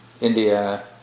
India